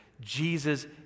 Jesus